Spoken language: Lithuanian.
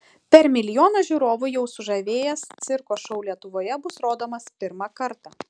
per milijoną žiūrovų jau sužavėjęs cirko šou lietuvoje bus rodomas pirmą kartą